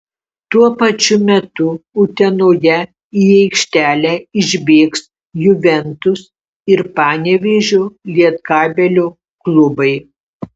tuo pačiu metu utenoje į aikštelę išbėgs juventus ir panevėžio lietkabelio klubai